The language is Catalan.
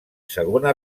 segona